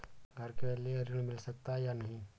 घर के लिए ऋण मिल सकता है या नहीं?